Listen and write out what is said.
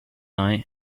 night